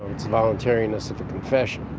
it's voluntariness of the confession.